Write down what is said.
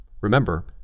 Remember